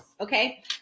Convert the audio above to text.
Okay